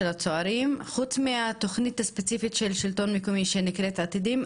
חוץ מהתכנית הספציפית של השלטון המקומי שנקראת עתידים,